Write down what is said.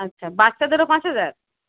আচ্ছা বাচ্চাদেরও পাঁচ হাজার